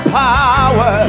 power